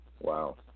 Wow